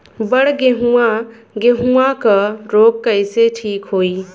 बड गेहूँवा गेहूँवा क रोग कईसे ठीक होई?